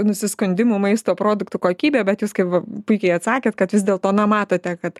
nusiskundimų maisto produktų kokybe bet jūs kaip va puikiai atsakėt kad vis dėlto na matote kad